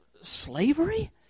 Slavery